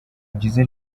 byiza